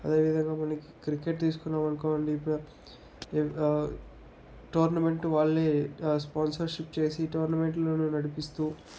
అదే విధంగా మనకి క్రికెట్ తీసుకున్నాం అనుకోండి ఆ టోర్నమెంట్ వాళ్ళే స్పాన్సర్షిప్ చేసి టౌర్నమెంట్లను నడిపిస్తు